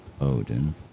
Odin